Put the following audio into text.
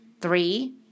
Three